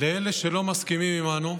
לאלה שלא מסכימים עימנו,